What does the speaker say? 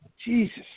Jesus